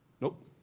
Nope